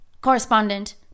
correspondent